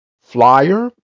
flyer